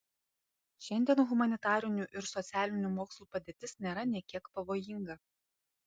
šiandien humanitarinių ir socialinių mokslų padėtis nėra nė kiek pavojinga